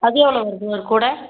அது எவ்வளோ வருது ஒரு கூடை